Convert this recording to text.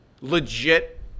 legit